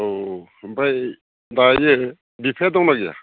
औ ओमफाय दायो बिफाया दंना गैया